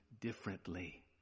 differently